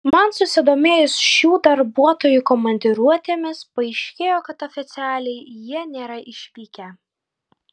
man susidomėjus šių darbuotojų komandiruotėmis paaiškėjo kad oficialiai jie nėra išvykę